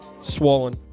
swollen